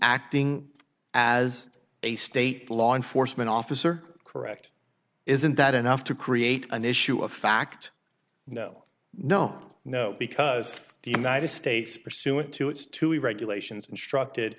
acting as a state law enforcement officer correct isn't that enough to create an issue of fact no no no because the united states pursuant to its two regulations instructed